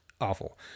awful